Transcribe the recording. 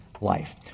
life